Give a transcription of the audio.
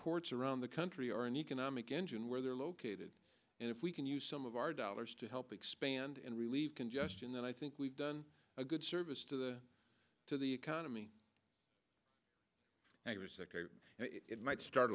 ports around the country are an economic engine where they're located and if we can use some of our dollars to help expand and relieve congestion then i think we've done a good service to the to the economy it might start